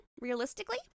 realistically